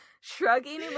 shrugging